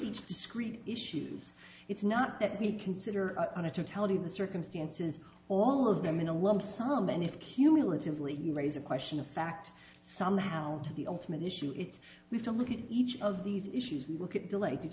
each discrete issues it's not that we consider wanted to tell you the circumstances all of them in a lump sum and if cumulatively can raise a question of fact somehow to the ultimate issue it's we've to look at each of these issues we look at delay did